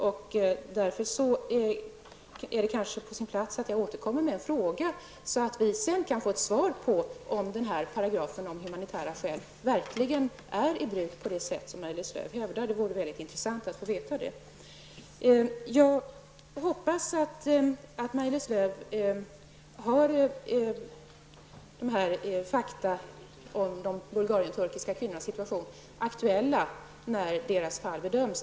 Det är kanske därför på sin plats att jag återkommer med en fråga, så att vi sedan kan få ett svar på om paragrafen om humanitära skäl verkligen är i bruk på det sätt som Maj-Lis Lööw hävdar. Det vore mycket intressant att få veta det. Jag hoppas att Maj-Lis Lööw har dessa fakta om de Bulgarien-turkiska kvinnornas situation aktuella när deras fall bedöms.